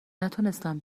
نتونستم